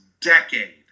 decade